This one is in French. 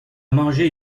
mangé